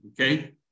Okay